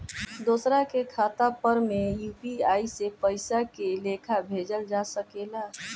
दोसरा के खाता पर में यू.पी.आई से पइसा के लेखाँ भेजल जा सके ला?